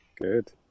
Good